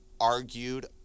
argued